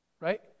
right